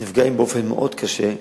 נפגעים באופן מאוד קשה,